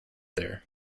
there